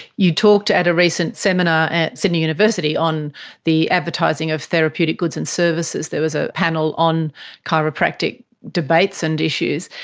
you talked at a recent seminar at sydney university on the advertising of therapeutic goods and services. there was a panel on chiropractic debates and issues,